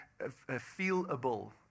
feelable